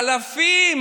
אלפים,